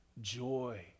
joy